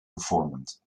performant